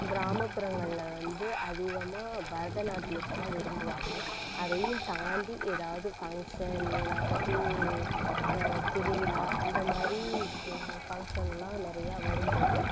கிராமப்புறங்களில் வந்து அதிகமாக பரதநாட்டியத்தை தான் விரும்புவாங்க அதையும் தாண்டி எதாவது ஃபங்ஷன் எதாவது திருவிழா அந்த மாதிரி ஃபங்ஷனெலாம் நிறையா வரும்போது